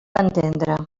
entendre